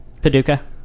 Paducah